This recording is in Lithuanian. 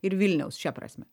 ir vilniaus šia prasme